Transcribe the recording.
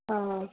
آ